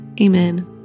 Amen